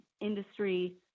industry